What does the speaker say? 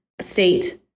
state